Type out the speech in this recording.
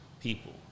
people